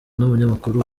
n’umunyamakuru